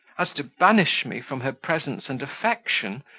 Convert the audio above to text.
as to banish me from her presence and affection,